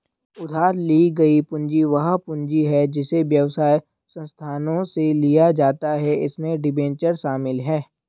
उधार ली गई पूंजी वह पूंजी है जिसे व्यवसाय संस्थानों से लिया जाता है इसमें डिबेंचर शामिल हैं